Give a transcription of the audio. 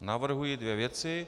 Navrhuji dvě věci.